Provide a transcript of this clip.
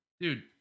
dude